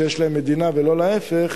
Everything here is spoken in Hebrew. שיש להם מדינה ולא להיפך,